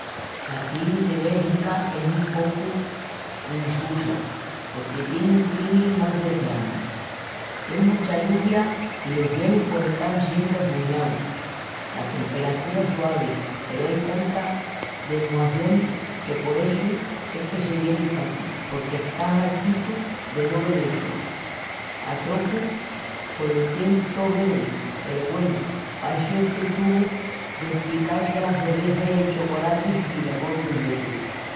La climi de Bélgica es un pocu insusa porque tien una climi más d'oceanu. Tien mucha lluvia i los cielus pos están siempri açuñaus. La temperatura es suavi peru ain tantas demuacionis que por essu es que se vienin paquí, porque están hartitus de no vel el sol. A trocu pos lo tienin tó verdi peru güenu pa essu es que tuvun d'empical-si ala cerveza i el chocolati i los gofris essus.